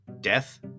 Death